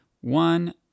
one